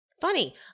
funny